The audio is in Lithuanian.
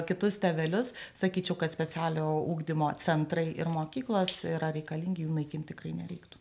kitus tėvelius sakyčiau kad specialiojo ugdymo centrai ir mokyklos yra reikalingi jų naikint tikrai nereiktų